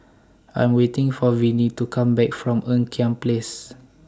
I Am waiting For Venie to Come Back from Ean Kiam Place